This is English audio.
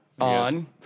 On